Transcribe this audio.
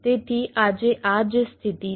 તેથી આજે આ જ સ્થિતિ છે